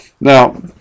Now